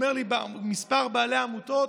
אומרים לי כמה בעלי עמותות: